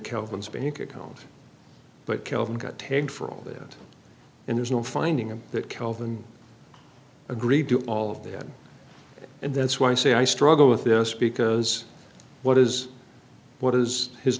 calvin's bank account but kelvin got tagged for all that and there's no finding of that calvin agreed to all of that and that's why i say i struggle with this because what is what is his